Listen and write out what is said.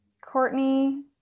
Courtney